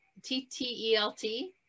TTELT